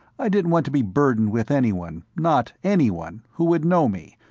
i didn't want to be burdened with anyone not anyone who would know me,